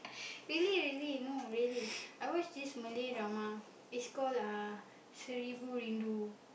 really really no really I watched this Malay drama it's called uh seribu rindu